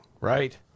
right